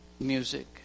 music